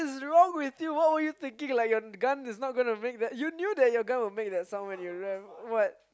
wrong with you what were you thinking like your gun is not gonna make that you knew that your gun would make that sound when you